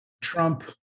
Trump